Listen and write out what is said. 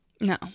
No